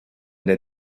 the